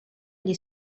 gli